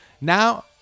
Now